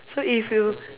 so if you